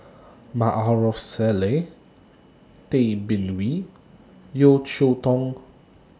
Maarof Salleh Tay Bin Wee Yeo Cheow Tong